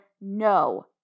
no